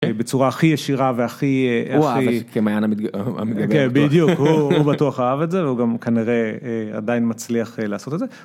בצורה הכי ישירה והכי... הוא אהב את זה כמעיין המדבר. בדיוק, הוא בטוח אהב את זה והוא גם כנראה עדיין מצליח לעשות את זה.